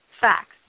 facts